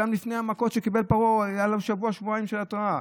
גם לפני המכות שקיבל פרעה היו לו שבוע-שבועיים של התראה.